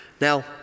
Now